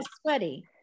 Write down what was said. sweaty